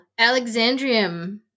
Alexandrium